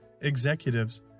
executives